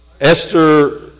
Esther